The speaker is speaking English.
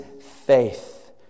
faith